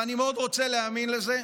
ואני מאוד רוצה להאמין לזה,